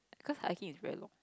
cause hiking is very long